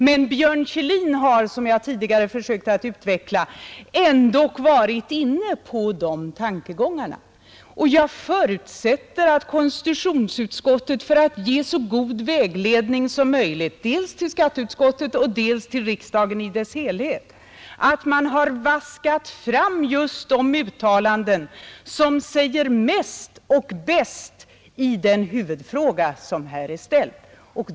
Men Björn Kjellin har, som jag tidigare har försökt att utveckla, ändå varit inne på liknande tankegångar. Jag förutsätter att konstitutionsutskottet för att ge så god vägledning som möjligt, dels till skatteutskottet, dels till riksdagen i dess helhet, har vaskat fram just de uttalanden som säger mest och bäst i den huvudfråga som här är ställd.